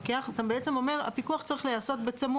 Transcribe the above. הפיקוח.